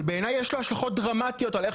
שבעיניי יש לו השלכות דרמטיות על איך